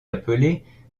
appelés